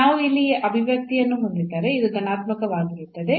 ನಾವು ಇಲ್ಲಿ ಈ ಅಭಿವ್ಯಕ್ತಿಯನ್ನು ಹೊಂದಿದ್ದರೆ ಇದು ಧನಾತ್ಮಕವಾಗಿರುತ್ತದೆ